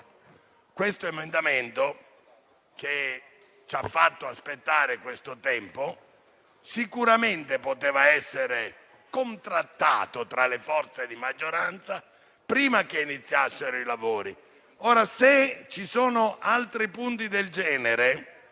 (testo 2), che ci ha fatto aspettare tanto tempo, sicuramente poteva essere contrattato tra le forze di maggioranza prima che iniziassero i lavori. Se ci sono altri punti del genere,